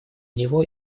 него